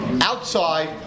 outside